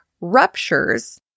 ruptures